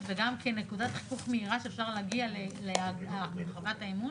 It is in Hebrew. וגם כנקודת חיכוך מהירה שאפשר להגיע להרחבת האמון,